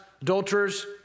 adulterers